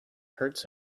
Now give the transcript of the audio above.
hurts